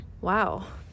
Wow